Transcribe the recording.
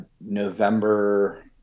November